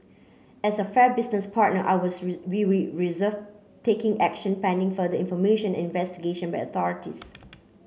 as a fair business partner I was we we reserve taking action pending further information and investigation by the authorities